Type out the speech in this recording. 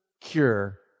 cure